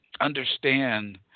understand